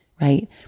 right